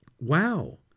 wow